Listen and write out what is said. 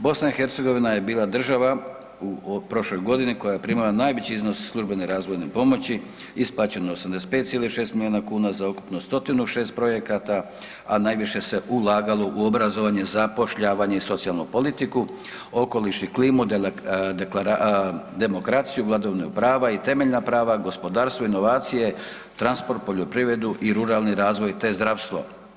BiH je bila država u prošloj godini koja je primala najveći iznos službene razvojne pomoći, isplaćeno je 85,6 milijuna kuna za ukupno 106 projekata, a najviše se ulagalo u obrazovanje, zapošljavanje i socijalnu politiku, okoliš i klimu, demokraciju, vladavinu prava i temeljna prava, gospodarstvo, inovacije, transport, poljoprivredu i ruralni razvoj, te zdravstvo.